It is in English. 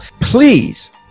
please